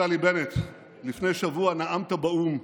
נפתלי בנט, לפני שבוע נאמת באו"ם,